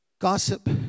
gossip